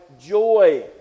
joy